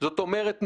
זאת אומרת,